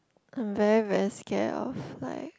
I am very very scared of like